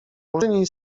murzyni